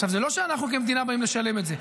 עכשיו, זה לא שאנחנו כמדינה באים לשלם את זה.